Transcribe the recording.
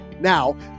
Now